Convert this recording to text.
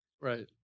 Right